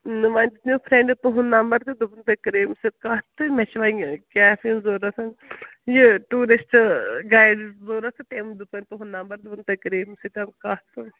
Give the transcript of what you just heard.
نہَ وۄنۍ دِیُت مےٚ فرینٛڈِ تُہُنٛد نمبر تہٕ دوٚپُن تُہۍ کٔرِو ییٚمِس سۭتۍ کَتھ تہٕ مےٚ چھِ وۅنۍ کیبہِ ہٕنٛز ضروٗرت یہِ ٹیٛوٗرِسٹہٕ گایِڈ ضروٗرت تہٕ تٔمۍ دیُت مےٚ تُہُنٛد نمبر دوٚپُن تُہۍ کٔرِو ییٚمِس سۭتٮ۪ن کَتھ تہٕ